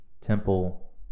temple